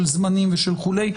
של זמנים וכולי.